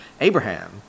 Abraham